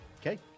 Okay